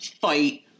fight